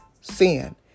sin